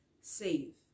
save